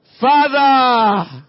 Father